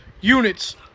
units